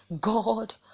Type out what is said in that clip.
God